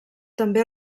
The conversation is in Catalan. també